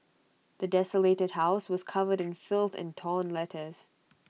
the desolated house was covered in filth and torn letters